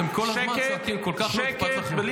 אתם כל הזמן צועקים, כל כך לא אכפת לכם.